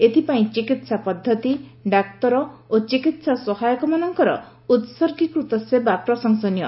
ଏଥିପାଇଁ ଚିକିତ୍ସା ପଦ୍ଧତି ଡାକ୍ତର ଓ ଚିକିତ୍ସା ସହାୟକମାନଙ୍କର ଉତ୍ସର୍ଗୀକୃତ ସେବା ପ୍ରଶଂସନୀୟ